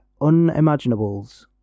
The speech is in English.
Unimaginables